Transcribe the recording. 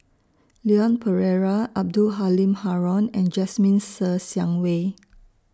Leon Perera Abdul Halim Haron and Jasmine Ser Xiang Wei